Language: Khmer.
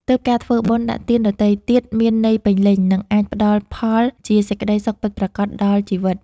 ទើបការធ្វើបុណ្យដាក់ទានដទៃទៀតមានន័យពេញលេញ និងអាចផ្តល់ផលជាសេចក្ដីសុខពិតប្រាកដដល់ជីវិត។